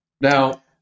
Now